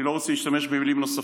אני לא רוצה להשתמש במילים נוספות.